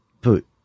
put